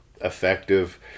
effective